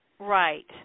Right